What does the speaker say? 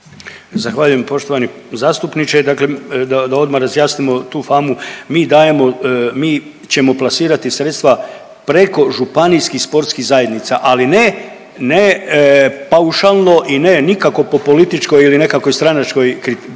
Zahvaljujem. Poštovani zastupniče, dakle da, da odma razjasnimo tu famu, mi dajemo, mi ćemo plasirati sredstva preko županijskih sportskih zajednica, ali ne, ne paušalno i ne nikako po političkoj ili nekakvoj stranačkoj kri…,